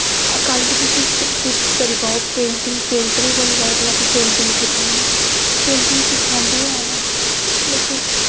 कल गी तुस किश करी पाओ पेंटिंग पेंटर बनी जाओ भला कि पेंटिंग करनी ऐ पेंटिंग सखांदे हैन न लेकिन